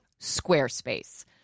Squarespace